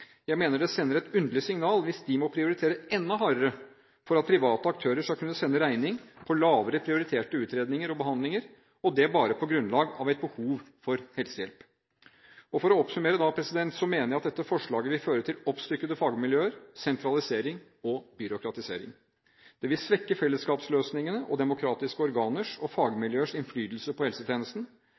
Jeg mener det sender et underlig signal hvis de må prioritere enda hardere for at private aktører skal kunne sende regning på lavere prioriterte utredninger og behandlinger – og det bare på grunnlag av et behov for helsehjelp. For å oppsummere mener jeg dette forslaget vil føre til oppstykkede fagmiljøer, sentralisering og byråkratisering. Det vil svekke fellesskapsløsningene og demokratiske organers og fagmiljøers innflytelse på helsetjenesten.